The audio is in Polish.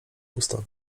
usta